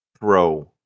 throw